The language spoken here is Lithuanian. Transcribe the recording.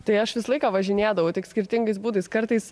tai aš visą laiką važinėdavau tik skirtingais būdais kartais